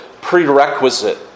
prerequisite